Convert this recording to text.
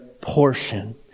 portion